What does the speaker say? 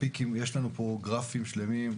יש גרפים מדויקים של כמות,